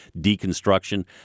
deconstruction